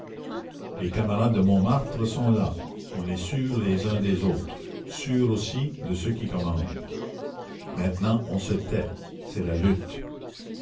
les camarades de montmartre sont là on est sûr les uns des autres sûr aussi de ceux qui commandent maintenant on se tait c'est la lutte